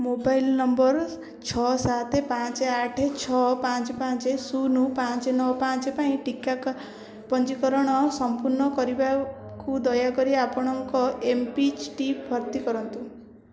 mobile number ଛଅ ସାତ ପାଞ୍ଚ ଆଠ ଛଅ ପାଞ୍ଚ ପାଞ୍ଚ ଶୂନ ପାଞ୍ଚ ନଅ ପାଞ୍ଚ ପାଇଁ ଟିକା କ ପଞ୍ଜୀକରଣ ସଂପୂର୍ଣ୍ଣ କରିବାକୁ ଦୟାକରି ଆପଣଙ୍କର ଏମ୍ ପିଚ୍ଟି ଭର୍ତ୍ତି କରନ୍ତୁ